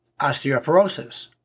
osteoporosis